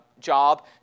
job